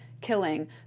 killing